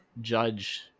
judge